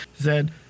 Zed